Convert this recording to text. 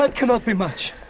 ah cannot be much.